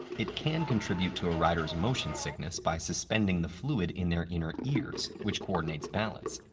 it can contribute to a rider's motion sickness by suspending the fluid in their inner ears which coordinates balance.